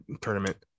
tournament